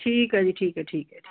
ਠੀਕ ਹੈ ਜੀ ਠੀਕ ਹੈ ਠੀਕ ਹੈ